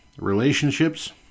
Relationships